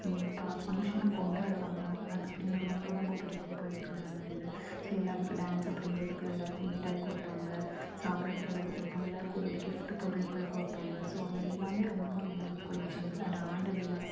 பா ஃபங்க்ஷன்னா கொண்டாடுவாங்க அது அப்படி எனக்கு ரொம்ப ரொம்ப பிடிக்கும் பள்ளி காலங்கள்ல ஸோ எல்லா இதுக்கும் டான்ஸ் அப்படிங்கிறதுக்கு எல்லாருக்கும் மிட்டாய் கொடுப்பாங்க சாப்பிடுறதுக்கு ஏதாவது கொடுப்பாங்க எல்லாருக்கும் ஒரு கிஃப்ட் பொருட்கள் கொடுப்பாங்க ஸோ அது எல்லாமே ரொம்ப நல்லா இருக்கக்கூடிய விஷயங்கள் அந்த ஆண்டுவிழா